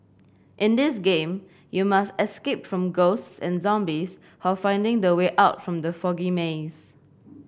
in this game you must escape from ghosts and zombies finding the way out from the foggy maze